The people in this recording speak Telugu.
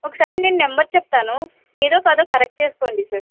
ఒకసారి నేను నెంబర్ చెప్తాను మీదో కాదో కరెక్ట్ చేసుకోండీ సార్